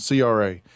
CRA